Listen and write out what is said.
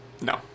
No